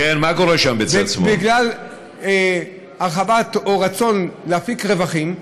בגלל רצון להפיק רווחים,